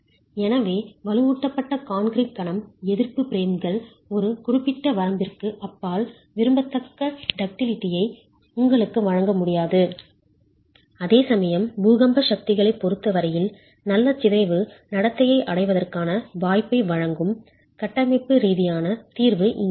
எனவே வலுவூட்டப்பட்ட கான்கிரீட் கணம் எதிர்ப்பு பிரேம்கள் ஒரு குறிப்பிட்ட வரம்பிற்கு அப்பால் விரும்பத்தக்க டக்டிலிட்டியை உங்களுக்கு வழங்க முடியாது அதேசமயம் பூகம்ப சக்திகளைப் பொறுத்த வரையில் நல்ல சிதைவு நடத்தையை அடைவதற்கான வாய்ப்பை வழங்கும் கட்டமைப்பு ரீதியான தீர்வு இங்கே உள்ளது